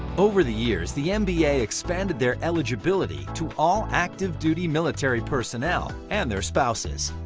over the years, the mba expanded their eligibility to all active duty military personnel and their spouses.